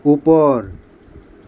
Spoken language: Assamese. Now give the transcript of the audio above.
ওপৰ